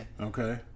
Okay